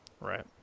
Right